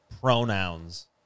pronouns